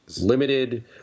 Limited